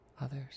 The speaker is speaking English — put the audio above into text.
others